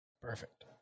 Perfect